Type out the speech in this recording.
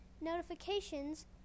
notifications